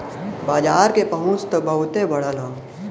बाजार के पहुंच त बहुते बढ़ल हौ